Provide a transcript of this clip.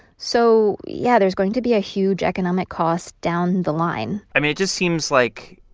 so yeah, there's going to be a huge economic cost down the line i mean, it just seems like,